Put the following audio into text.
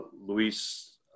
Luis